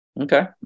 Okay